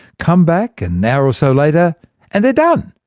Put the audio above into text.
come back an hour-or-so later and they're done.